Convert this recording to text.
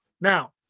Now